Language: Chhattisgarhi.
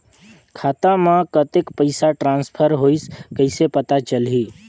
खाता म कतेक पइसा ट्रांसफर होईस कइसे पता चलही?